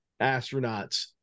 astronauts